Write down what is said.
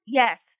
yes